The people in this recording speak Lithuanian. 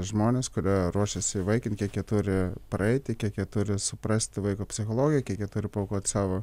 žmonės kurie ruošiasi įvaikint kiek jie turi praeiti kiek jie turi suprasti vaiko psichologiją kiek jie turi paaukot savo